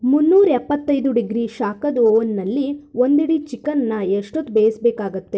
ಮುನ್ನೂರ ಎಪ್ಪತ್ತೈದು ಡಿಗ್ರಿ ಶಾಖದ ಓವನ್ನಲ್ಲಿ ಒಂದಿಡೀ ಚಿಕನನ್ನು ಎಷ್ಟೊತ್ತು ಬೇಯಿಸಬೇಕಾಗತ್ತೆ